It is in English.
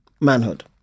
manhood